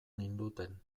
ninduten